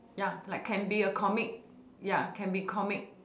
ya like can be a comic ya can be comic